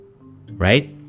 right